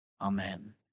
Amen